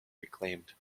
reclaimed